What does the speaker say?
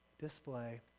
display